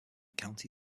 county